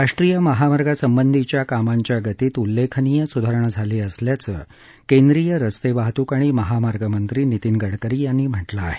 राष्ट्रीय महामार्गासंबंधीच्या कामांच्या गतीत उल्लेखनीय सुधारणा झाली असल्याचं केंद्रीय रस्ते वाहतूक आणि महामार्ग मंत्री नितीन गडकरी यांनी म्हटलं आहे